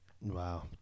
wow